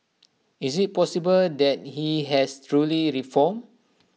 is IT possible that he has truly reformed